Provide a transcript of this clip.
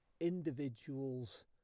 individuals